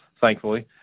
thankfully